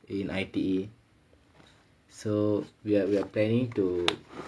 in I_T_E so we're we're planning to